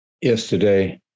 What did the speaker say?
yesterday